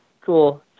Cool